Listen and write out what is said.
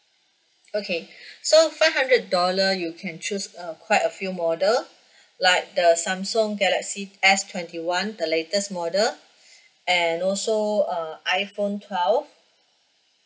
okay five dollar you can choose uh quite a few model like the samsung galaxy S twenty one the latest model add also err iphone twelve